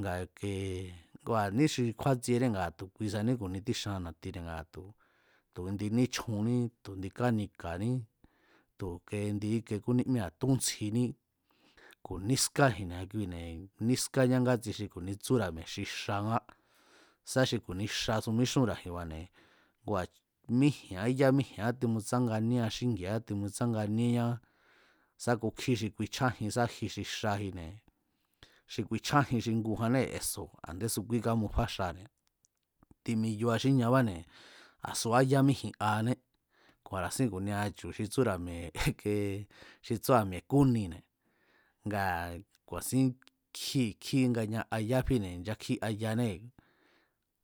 Nga ike̱ ngua ní xi kjúatsieníne̱ ngaa̱ tu̱ kuisaní ku̱ni tíxaan na̱tine̱ ngatu̱, tu̱ indi níchjuní tu̱ indi kánika̱ní tu ike ndi íke kúnímíra̱, túntsjiní ku̱ nískáji̱n ni̱a kuine̱ nískáñá ngátsi xi ku̱ni xi tsúra̱ mi̱e̱ xi xangá, sá xi ku̱ni xi xasu míxúnra̱ji̱nba̱ne̱ ngua̱ míji̱án yá míji̱an timutsánganíéa xíngi̱a̱á timutsánganíéñá sá kukjí xi kuichjájin sá ji xi xajine̱, xi kuichjájin xi ngujannée̱ eso̱ a̱ndésu kúí kámufá xane̱ timiyua xíñabáne̱ a̱ subá ya míji̱n-aané ku̱a̱ra̱sín ku̱nia chu̱ xi tsúra̱ mi̱e̱ ike tsúa̱ mi̱e̱ kúnine̱ ngaa̱ ku̱a̱sín kjíi̱ kjíján ngaña'a yá fíne̱ nchakjí'a yanée̱